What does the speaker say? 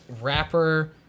rapper